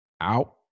out